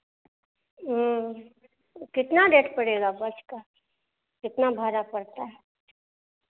कितना रेट पड़ेगा बस का कितना भाड़ा पड़ता है